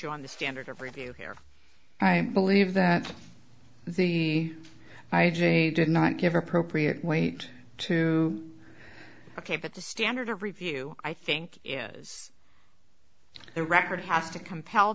you on the standard of review here i believe that the i j did not give appropriate weight to ok but the standard of review i think is the record has to compel